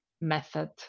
method